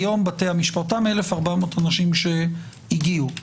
אותם 1,400 נושים שהגיעו,